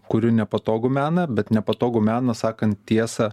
kuriu nepatogų meną bet nepatogą meną sakant tiesą